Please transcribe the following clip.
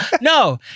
No